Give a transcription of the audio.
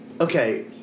Okay